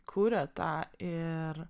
kuria tą ir